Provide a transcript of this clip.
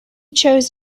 chose